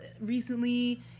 recently